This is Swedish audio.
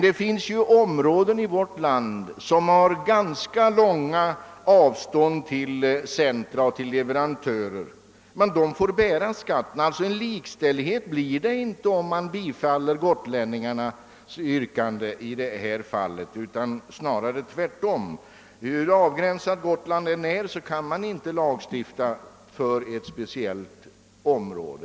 Det finns ju områden i vårt land som har ganska långa avstånd till centra och leverantörer, men befolkningen i dessa områden får betala denna skatt. Det blir alltså inte en likställighet om man bifaller gotlänningarnas yrkande, utan snarare tvärtom. Hur avlägset och isolerat Gotland än är kan man inte på detta sätt lagstifta för ett speciellt område.